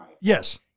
Yes